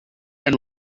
and